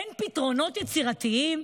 אין פתרונות יצירתיים?